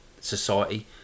society